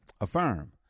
Affirm